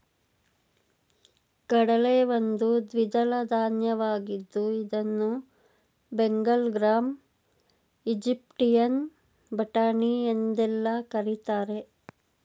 ಕಡಲೆ ಒಂದು ದ್ವಿದಳ ಧಾನ್ಯವಾಗಿದ್ದು ಇದನ್ನು ಬೆಂಗಲ್ ಗ್ರಾಂ, ಈಜಿಪ್ಟಿಯನ್ ಬಟಾಣಿ ಎಂದೆಲ್ಲಾ ಕರಿತಾರೆ